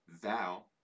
thou